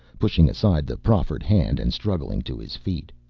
pushing aside the proffered hand and struggling to his feet.